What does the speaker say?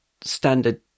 standard